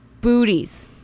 Booties